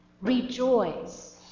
Rejoice